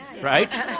right